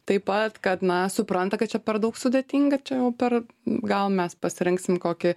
taip pat kad na supranta kad čia per daug sudėtinga čia jau per gal mes pasirinksim kokį